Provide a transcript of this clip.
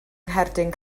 ngherdyn